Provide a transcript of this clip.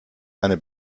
eine